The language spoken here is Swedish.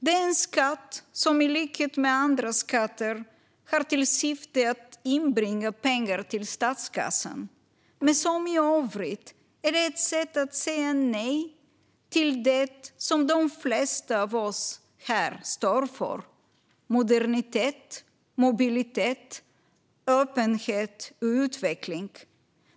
Det är en skatt som i likhet med andra skatter har till syfte att inbringa pengar till statskassan men som i övrigt är ett sätt att säga nej till det som de flesta av oss här står för: modernitet, mobilitet, öppenhet och utveckling.